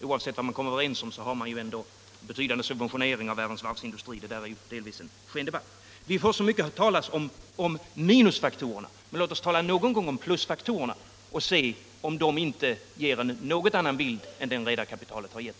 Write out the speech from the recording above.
Oavsett vad man kommit överens om har man ju ändå en betydande subventionering av världens varvsindustrier. Det där är delvis en skendebatt. Det har också talats mycket om minusfaktorerna. Låt oss någon gång tala om plusfaktorerna och se om de inte ger en något annan bild än den redarkapitalet har givit.